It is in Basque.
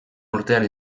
urtean